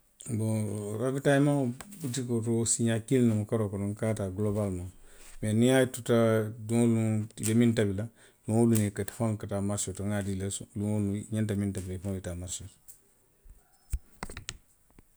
Bow rawitayimaŋo. butikoo to, siiňaa kiliŋ noŋ karoo kono nka a taa golobaalimaŋ. Mee niŋ a tuta luŋ woo luŋ i be miŋ tabi la, itelu feŋo ka taa marisee to nŋa a dii l la luŋ woo luŋ i ňanta miŋ tabi la i faŋolu ye taa marisee to